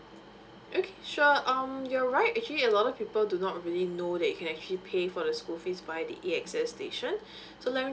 okay sure um you're right actually a lot of people do not really know they can actually pay for the school fees by the E_X_S station so let me